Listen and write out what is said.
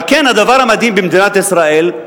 על כן הדבר במדינת ישראל,